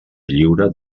lliure